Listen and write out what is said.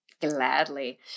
Gladly